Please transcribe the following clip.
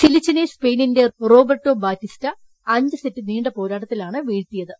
സിലിച്ചിനെ സ്പെയിനിന്റെ Roberto Bautista അഞ്ച് set നീണ്ട പോരാട്ടത്തിലാണ് വീഴ്ത്തിയത്